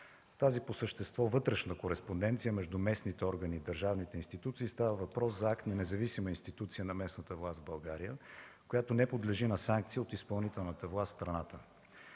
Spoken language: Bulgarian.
Тази по същество вътрешна кореспонденция между местните органи и държавните институции – става въпрос за независима институция на местната власт в България – не подлежи на санкции от изпълнителната власт в страната.